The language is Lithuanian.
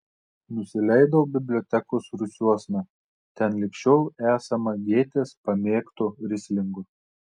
nusileidau bibliotekos rūsiuosna ten lig šiol esama gėtės pamėgto rislingo